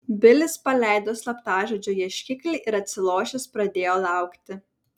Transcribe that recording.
bilis paleido slaptažodžio ieškiklį ir atsilošęs pradėjo laukti